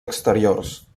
exteriors